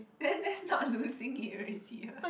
then that's not losing it already what